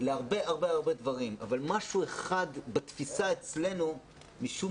להרבה הרבה הרבה דברים אבל משהו אחד בתפיסה אצלנו משום